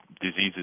diseases